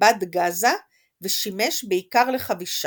כבד גאזה ושימש בעיקר לחבישה.